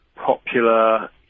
Popular